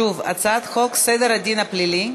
שוב, הצעת חוק סדר הדין הפלילי.